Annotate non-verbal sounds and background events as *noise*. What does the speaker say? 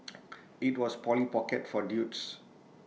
*noise* IT was Polly pocket for dudes